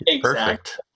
perfect